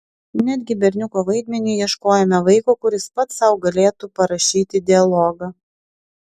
netgi berniuko vaidmeniui ieškojome vaiko kuris pats sau galėtų parašyti dialogą